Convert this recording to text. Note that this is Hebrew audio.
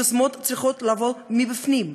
היוזמות צריכות לבוא מבפנים,